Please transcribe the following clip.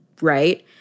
right